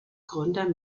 gründer